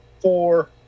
four